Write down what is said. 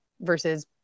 versus